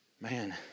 Man